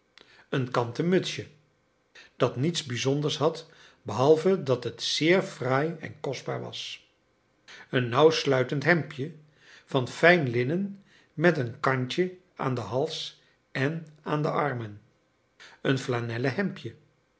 een kanten mutsje dat niets bijzonders had behalve dat het zeer fraai en kostbaar was een nauwsluitend hemdje van fijn linnen met een kantje aan den hals en aan de armen een flanellen hemdje